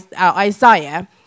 Isaiah